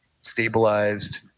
stabilized